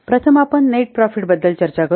प्रथम आपण net profit बद्दल चर्चा करू